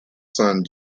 son